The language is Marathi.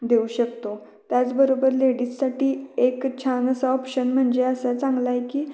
देऊ शकतो त्याचबरोबर लेडीजसाठी एक छान असा ऑप्शन म्हणजे असं चांगला आहे की